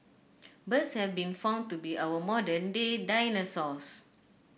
birds have been found to be our modern day dinosaurs